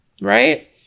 right